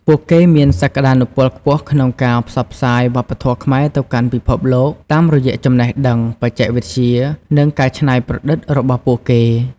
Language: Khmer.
ពួកគេមានសក្ដានុពលខ្ពស់ក្នុងការផ្សព្វផ្សាយវប្បធម៌ខ្មែរទៅកាន់ពិភពលោក តាមរយៈចំណេះដឹង បច្ចេកវិទ្យា និងការច្នៃប្រឌិតរបស់ពួកគេ។